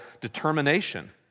determination